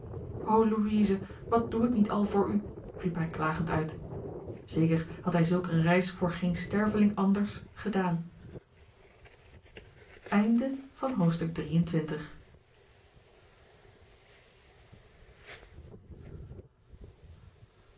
wat doe ik niet al voor u riep hij klagend uit zeker had hij zulk een reis voor geen sterveling anders gedaan